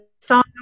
song